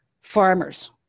farmers